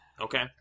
Okay